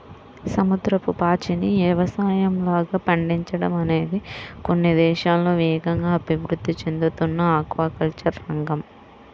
సముద్రపు పాచిని యవసాయంలాగా పండించడం అనేది కొన్ని దేశాల్లో వేగంగా అభివృద్ధి చెందుతున్న ఆక్వాకల్చర్ రంగం